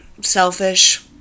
selfish